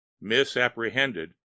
misapprehended